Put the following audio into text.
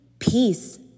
Peace